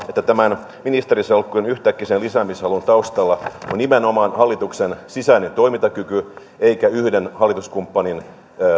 että tämän ministerisalkkujen yhtäkkisen lisäämishalun taustalla on nimenomaan hallituksen sisäinen toimintakyky eikä yhden hallituskumppanin